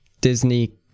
Disney